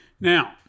Now